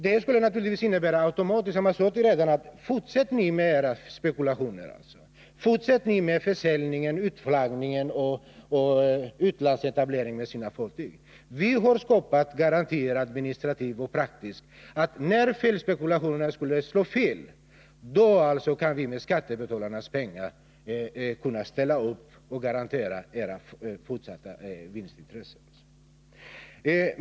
Det skulle naturligtvis automatiskt vara detsamma som att man sade till redarna: Fortsätt ni med era spekulationer! Fortsätt ni med försäljningen, utflaggningen av era fartyg och utlandsetableringen! Vi har skapat garantier, administrativt och praktiskt för att vi, om spekulationerna skulle slå fel, med skattebetalarnas pengar kan ställa upp och garantera era fortsatta vinster.